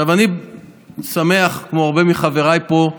עכשיו אני שמח, כמו הרבה מחבריי פה,